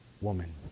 woman